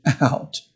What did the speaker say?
out